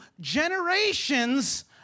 generations